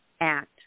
act